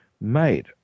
made